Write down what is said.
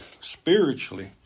spiritually